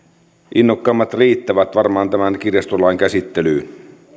innokkaimmat riittävät varmaan tämän kirjastolain käsittelyyn